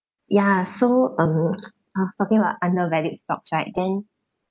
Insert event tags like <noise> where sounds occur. ya so um <noise> I was talking about undervalued stocks right then